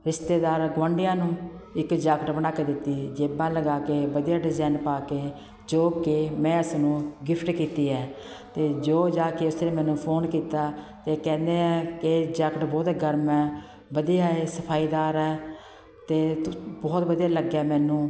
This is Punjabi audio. ਰਿਸ਼ਤੇਦਾਰਾਂ ਗੁਆਂਢੀਆਂ ਨੂੰ ਇੱਕ ਜਾਕੇਟ ਬਣਾ ਕੇ ਦਿੱਤੀ ਜੇਬਾਂ ਲਗਾ ਕੇ ਵਧੀਆ ਡਿਜ਼ਾਈਨ ਪਾ ਕੇ ਜੋ ਕਿ ਮੈਂ ਉਸ ਨੂੰ ਗਿਫ਼ਟ ਕੀਤੀ ਹੈ ਅਤੇ ਜੋ ਜਾ ਕੇ ਉਸ ਨੇ ਮੈਨੂੰ ਫ਼ੋਨ ਕੀਤਾ ਅਤੇ ਕਹਿੰਦੇ ਆ ਕਿ ਜਾਕੇਟ ਬਹੁਤ ਗਰਮ ਹੈ ਵਧੀਆ ਏ ਸਫ਼ਾਈ ਦਾਰ ਹੈ ਅਤੇ ਬਹੁਤ ਵਧੀਆ ਲੱਗਿਆ ਮੈਨੂੰ